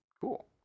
Cool